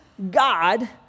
God